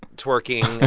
twerking,